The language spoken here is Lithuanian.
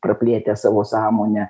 praplėtę savo sąmonę